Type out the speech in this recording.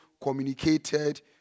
communicated